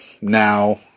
now